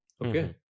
Okay